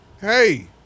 hey